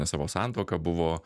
savo santuoką buvo